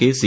K C